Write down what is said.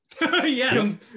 yes